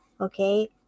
Okay